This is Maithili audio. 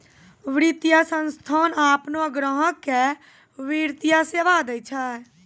वित्तीय संस्थान आपनो ग्राहक के वित्तीय सेवा दैय छै